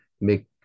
make